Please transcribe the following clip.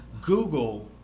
Google